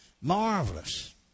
Marvelous